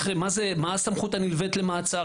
מה הסמכות הנלווית למעצר.